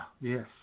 yes